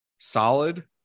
Solid